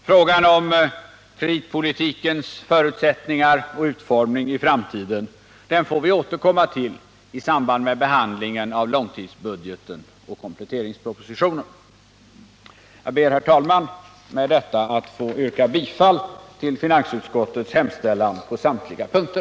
Frågan om kreditpolitikens förutsättningar och utformning i framtiden får vi återkomma till i samband med behandlingen av långtidsbudgeten och kompletteringspropositionen. Jag ber, herr talman, med detta att få yrka bifall till finansutskottets hemställan på samtliga punkter.